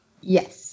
Yes